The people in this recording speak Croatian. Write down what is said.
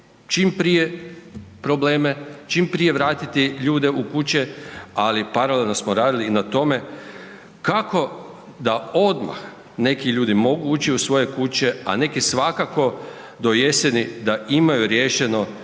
čim prije probleme, čim prije vratiti ljude u kuće, ali paralelno smo radili i na tome kako da odmah neki ljudi mogu ući u svoje kuće, a neki svakako do jeseni da imaju riješeno